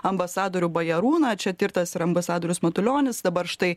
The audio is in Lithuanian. ambasadorių bajarūną čia tirtas ir ambasadorius matulionis dabar štai